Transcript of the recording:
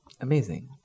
Amazing